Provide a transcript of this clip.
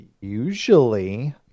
usually